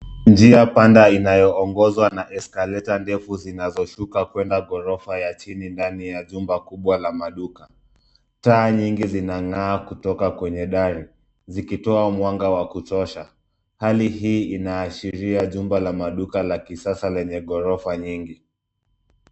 Njia panda inayoongozwa na eskaleta ndefu zinazoshuka kwenda ghorofa ya chini ndani ya jumba kubwa la maduka. Taa nyingi zinang'aa kutoka kwenye dari, zikitoa mwanga wa kutosha, hali hii inaashiria jumba la maduka la kisasa lenye ghorofa nyingi.